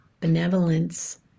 benevolence